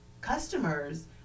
customers